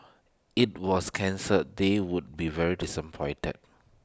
if was cancelled they would be very disappointed